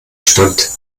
stand